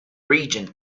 region